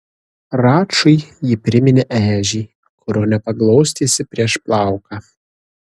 račui ji priminė ežį kurio nepaglostysi prieš plauką